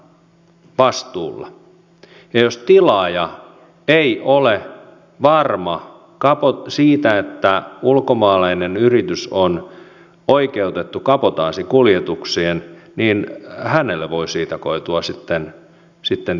ja jos tilaaja ei ole varma siitä onko ulkomaalainen yritys oikeutettu kabotaasikuljetukseen niin hänelle voi siitä koitua sitten